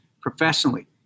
professionally